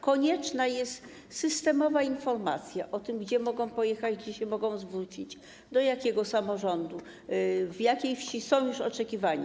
Konieczna jest systemowa informacja o tym, gdzie mogą pojechać, gdzie mogą się zwrócić, do jakiego samorządu, w jakiej wsi są już oczekiwani.